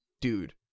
dude